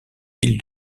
ville